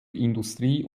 industrie